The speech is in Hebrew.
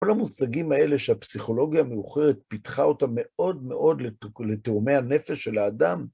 כל המושגים האלה שהפסיכולוגיה המאוחרת פיתחה אותם מאוד מאוד לתאומי הנפש של האדם,